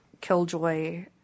Killjoy